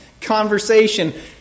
conversation